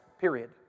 period